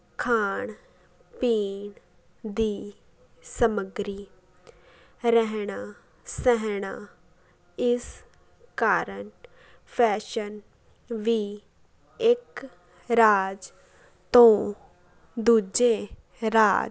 ਖਾਣ ਪੀਣ ਦੀ ਸਮਗਰੀ ਰਹਿਣਾ ਸਹਿਣਾ ਇਸ ਕਾਰਨ ਫੈਸ਼ਨ ਵੀ ਇੱਕ ਰਾਜ ਤੋਂ ਦੂਜੇ ਰਾਜ